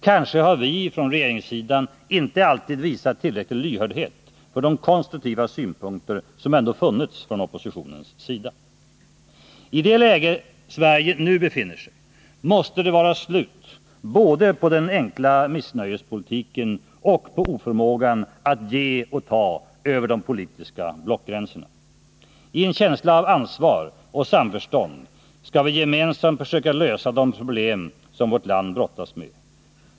Kanske har vi från regeringssidan inte alltid visat tillräcklig lyhördhet för de konstruktiva synpunkter som ändå funnits från oppositionens sida. I det läge Sverige nu befinner sig i måste det vara slut både på den enkla missnöjespolitiken och på oförmågan att ge och ta över de politiska blockgränserna. I en känsla av ansvar och samförstånd skall vi gemensamt försöka lösa de problem som vårt land brottas med.